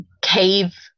cave